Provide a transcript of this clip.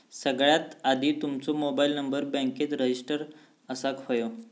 सगळ्यात आधी तुमचो मोबाईल नंबर बॅन्केत रजिस्टर असाक व्हयो